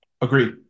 agreed